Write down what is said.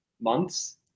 Months